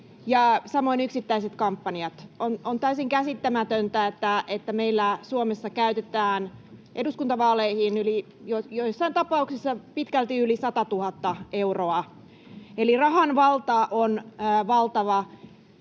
samoin yksittäiset kampanjat. On täysin käsittämätöntä, että meillä Suomessa käytetään eduskuntavaaleihin joissain tapauksissa pitkälti yli satatuhatta euroa. Eli rahan valta on valtava